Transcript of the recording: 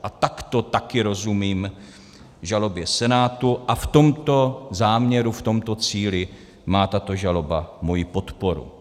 A takto taky rozumím žalobě Senátu a v tomto záměru, v tomto cíli, má tato žaloba moji podporu.